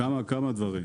כמה דברים.